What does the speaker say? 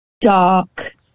dark